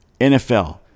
NFL